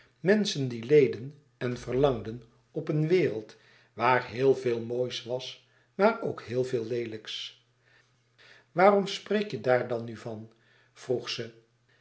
menschen die leden en verlangden op een wereld waar heel veel moois was maar ook heel veel leelijks waarom spreek je daar nu van vroeg ze